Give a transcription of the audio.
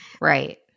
Right